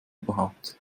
überhaupt